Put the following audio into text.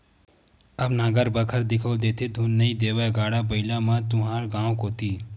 अब नांगर बखर दिखउल देथे धुन नइ देवय गाड़ा बइला मन सब तुँहर गाँव कोती